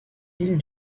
îles